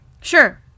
Sure